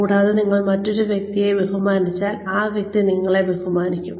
കൂടാതെ നിങ്ങൾ മറ്റൊരു വ്യക്തിയെ ബഹുമാനിച്ചാൽ ആ വ്യക്തി നിങ്ങളെ ബഹുമാനിക്കും